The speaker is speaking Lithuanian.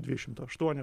dvidešimt aštuonių